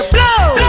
Blow